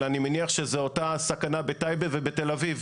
אבל אני מניח שזו אותה סכנה בטייבה ובתל אביב.